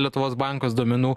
lietuvos bankas duomenų